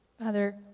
Father